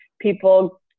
people